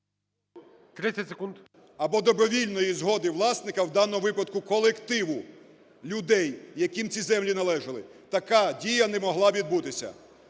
…або добровільної згоди власника, в даному випадку колективу людей, яким ці землі належали, така дія не могла відбутися.